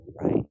right